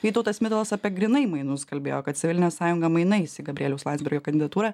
vytautas mitalas apie grynai mainus kalbėjo kad civilinė sąjunga mainaisi gabrieliaus landsbergio kandidatūrą